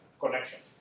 connections